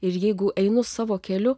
ir jeigu einu savo keliu